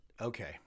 Okay